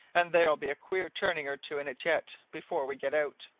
and there'll be a queer turning or two in it, yet, before we get out.